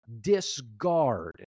discard